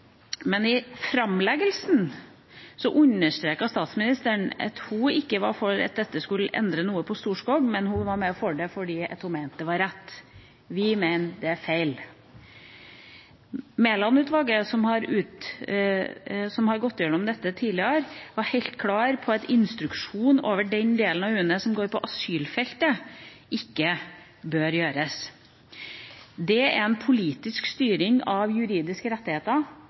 framleggelsen understreket statsministeren at hun ikke var for at dette skulle endre noe på Storskog, hun var mer for det fordi hun mente det var rett. Vi mener det er feil. Mæland-utvalget, som har gått gjennom dette tidligere, var helt klare på at instruksjon over den delen av UNE som handler om asylfeltet, ikke bør gjøres. Det er en politisk styring av juridiske rettigheter